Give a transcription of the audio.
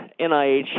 NIH